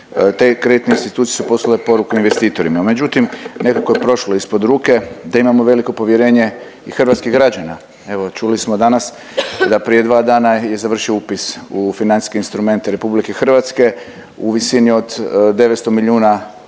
te kreditne institucije su poslale poruku investitorima. Međutim, nekako je prošlo ispod ruke da imamo veliko povjerenje i hrvatskih građana, evo čuli smo danas da prije 2 dana je završio upis u financijske instrumente RH u visini od 900 milijuna